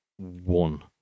One